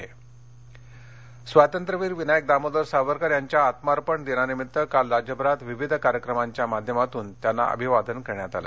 सावरकर मंबई पश्चिमरत्नागिरी स्वातंत्र्यवीर विनायक दामोदर सावरकर यांच्या आत्मार्पण दिनानिमित्त काल राज्यभरात विविध कार्यक्रमांच्या माध्यमातून त्यांना अभिवादन करण्यात आलं